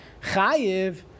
Chayiv